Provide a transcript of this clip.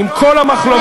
שעם כל המחלוקות,